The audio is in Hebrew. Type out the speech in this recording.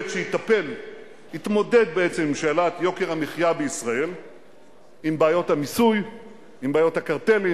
והיום שאלת המס, המיסוי העקיף,